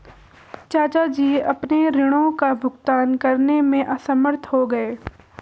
चाचा जी अपने ऋणों का भुगतान करने में असमर्थ हो गए